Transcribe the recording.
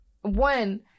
One